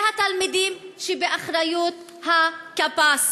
ושל התלמידים שבאחריות הקב"ס.